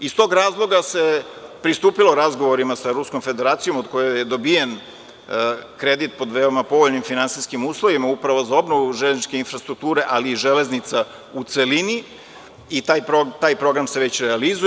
Iz tog razloga se pristupilo razgovorima sa Ruskom Federacijom, od koje je dobijen kredit pod veoma povoljnim finansijskim uslovima, upravo za obnovu železničke infrastrukture ali i železnica u celini, i taj program se već realizuje.